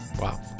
Wow